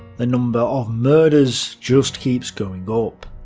the number of murders just keeps going going up.